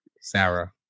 Sarah